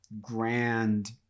grand